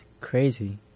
crazy